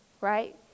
right